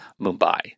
Mumbai